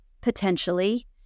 potentially